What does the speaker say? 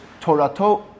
Torato